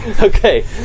Okay